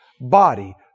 body